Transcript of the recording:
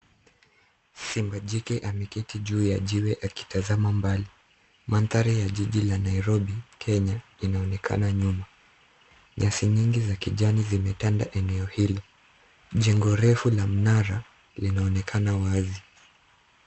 Simba jike ameketi juu ya jiwe akitazama mbali. Mandhari ya jiji la Nairobi, Kenya, linaonekana nyuma. Nyasi nyingi za kijani zimetandaa eneo hilo. Jengo refu la mnara linaonekana wazi.